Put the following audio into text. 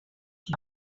die